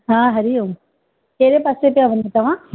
हा हरि ओम कहिड़े पासे पिया वञो तव्हां